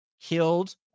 killed